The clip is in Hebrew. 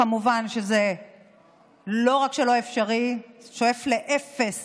כמובן שזה לא רק שלא אפשרי, שואף לאפס